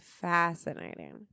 fascinating